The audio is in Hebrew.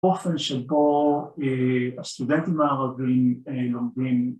‫באופן שבו הסטודנטים הערבים ‫לומדים...